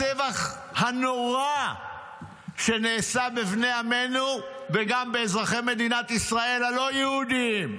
הטבח הנורא שנעשה בבני עמנו וגם באזרחי מדינת ישראל הלא-יהודים.